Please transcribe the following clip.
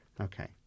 Okay